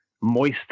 moist